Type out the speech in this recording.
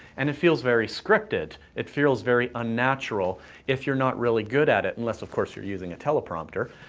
and it feels very scripted. it feels very unnatural if you're not really good at it. unless of course you're using a teleprompter.